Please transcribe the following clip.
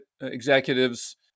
executives